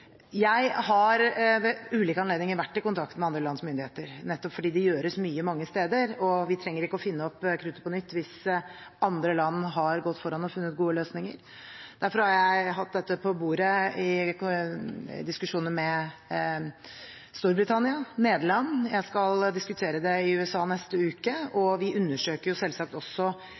Jeg har ved ulike anledninger vært i kontakt med andre lands myndigheter nettopp fordi det gjøres mye mange steder, og vi trenger ikke å finne opp kruttet på nytt hvis andre land har gått foran og funnet gode løsninger. Derfor har jeg hatt dette på bordet i diskusjoner med Storbritannia og Nederland. Jeg skal diskutere det i USA i neste uke, og vi undersøker selvsagt også